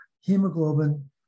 hemoglobin